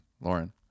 lauren